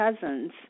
cousins